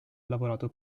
lavorato